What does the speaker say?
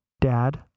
Dad